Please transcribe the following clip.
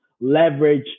leverage